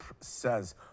says